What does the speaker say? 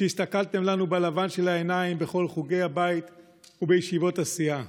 כשהסתכלתם לנו בלבן של העיניים בכל חוגי הבית ובישיבות הסיעה?